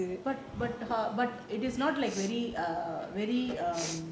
but but but it is not like very err very um